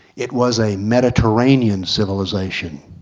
it was a mediterranean civilization.